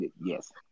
yes